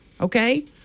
Okay